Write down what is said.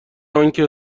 آنکه